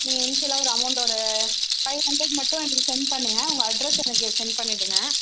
நீங்கள் இன்ஷியலாக அமௌண்ட் ஒரு ஃபைவ் ஹண்ட்ரட் மட்டும் எனக்கு செண்ட் பண்ணுங்க உங்கள் அட்ரஸ்ஸை எனக்கு செண்ட் பண்ணிடுங்க